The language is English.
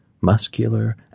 muscular